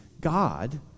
God